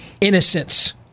innocence